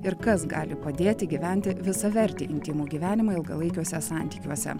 ir kas gali padėti gyventi visavertį intymų gyvenimą ilgalaikiuose santykiuose